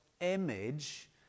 image